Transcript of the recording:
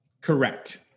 Correct